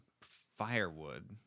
firewood